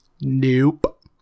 Nope